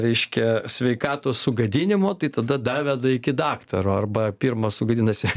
reiškia sveikatos sugadinimo tai tada daveda iki daktaro arba pirma sugadinusi